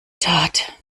tat